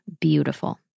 beautiful